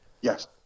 yes